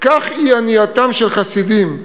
כך ענייתם של חסידים,